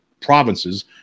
provinces